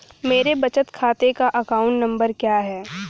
मेरे बचत खाते का अकाउंट नंबर क्या है?